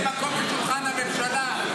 אין מקום בשולחן הממשלה.